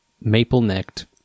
maple-necked